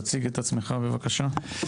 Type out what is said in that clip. תציג את עצמך בבקשה.